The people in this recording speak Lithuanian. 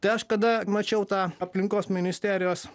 kažkada mačiau tą aplinkos ministerijos